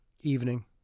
evening